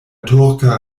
turka